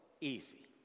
easy